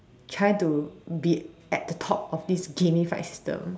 trying to be at the top of this gameified system